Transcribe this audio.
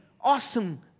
awesome